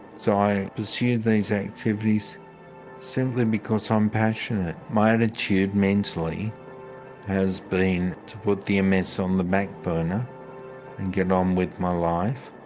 so i pursue these activities simply because i'm passionate. my attitude mentally has been to put the ms on the backburner and get on um with my life.